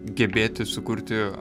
gebėti sukurti